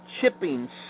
chipping